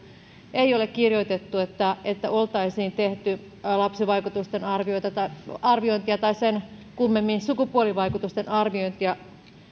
ei ole kirjoitettu että että oltaisiin tehty lapsivaikutusten arviointia tai sen kummemmin sukupuolivaikutusten arviointia